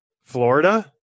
Florida